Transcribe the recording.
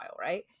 Right